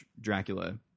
Dracula